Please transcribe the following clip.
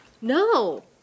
No